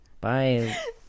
Bye